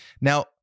Now